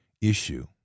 issue